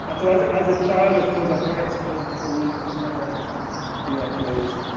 and so as ah as a child, i suppose our parents encouraged us to read and find out about things and be outdoors.